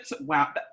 wow